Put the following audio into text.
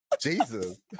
Jesus